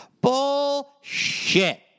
Bullshit